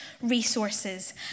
resources